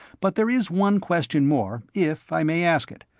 but there is one question more, if i may ask it.